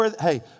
hey